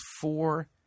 four